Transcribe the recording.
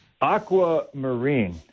Aquamarine